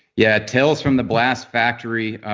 yeah, tales from the blast factory.